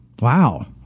wow